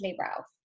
Ralph